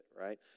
right